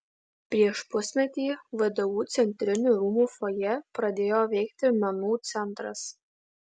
prieš pusmetį vdu centrinių rūmų fojė pradėjo veikti menų centras